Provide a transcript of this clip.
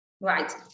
Right